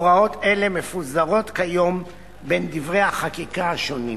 הוראות אלה מפוזרות כיום בין דברי החקיקה השונים.